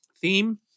theme